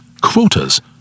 quotas